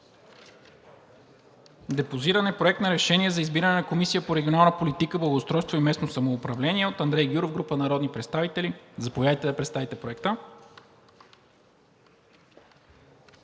Депозиран е Проект на решение за избиране на Комисия по регионална политика, благоустройство и местно самоуправление от Андрей Гюров и група народни представители. Заповядайте да представите Проекта.